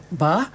ba